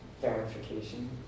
verification